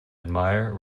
admire